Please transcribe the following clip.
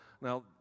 Now